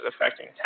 affecting